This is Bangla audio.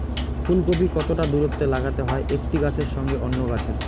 ফুলকপি কতটা দূরত্বে লাগাতে হয় একটি গাছের সঙ্গে অন্য গাছের?